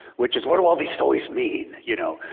which is what all these stories mean. you know,